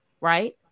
Right